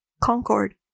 concord